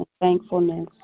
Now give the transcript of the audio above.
thankfulness